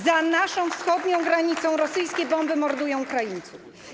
Za naszą wschodnią granicą rosyjskie bomby mordują Ukraińców.